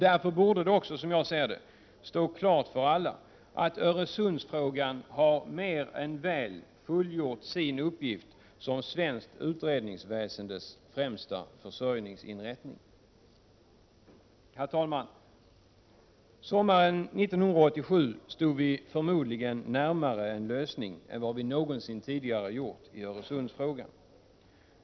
Därför borde det också, som jag ser det, stå klart för alla att Öresundsfrågan har mer än väl fullgjort sin uppgift som svenskt utredningsväsendes främsta försörjningsinrättning. Herr talman! Sommaren 1987 stod vi förmodligen närmare en lösning än vad vi någonsin tidigare gjort i Öresundsfrågan.